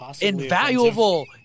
invaluable